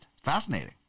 Fascinating